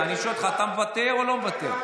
אני שואל אותך, אתה מוותר או לא מוותר?